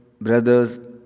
brothers